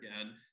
again